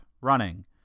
running